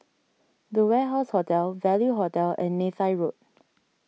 the Warehouse Hotel Value Hotel and Neythai Road